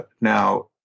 now